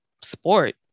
sport